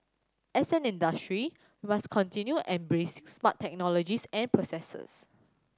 as an industry we must continue embracing smart technologies and processes